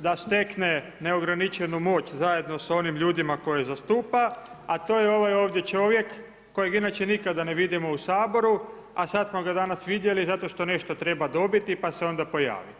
da stekne neograničenu moć zajedno sa onim ljudima koje zastupa, a to je ovaj ovdje čovjek, kojeg inače nikada ne vidimo u Saboru, a sad smo ga danas vidjeli zato što nešto treba dobiti, pa se onda pojavi.